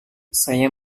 saya